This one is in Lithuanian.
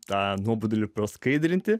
tą nuobodulį praskaidrinti